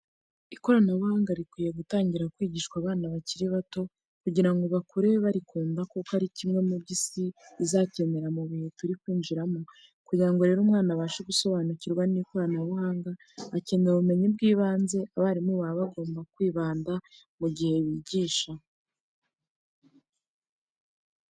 Ikoranabuhanga rikwiriye gutangira kwigishwa abana bakiri bato, kugira ngo bakure barikunda kuko ari kimwe mu byo isi izakenera mu bihe turi kwinjiramo. Kugira ngo rero umwana abashe gusobanukirwa n'ikoranabuhanga akenera ubumenyi bw'ibanze, abarimu baba bagomba kwibandaho mu gihe bigisha.